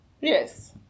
Yes